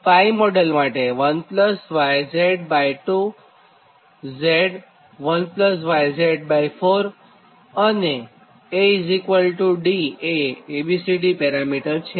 𝜋 model માટે 1YZ2 Z 1YZ4 અને AD એ A B C D parameter છે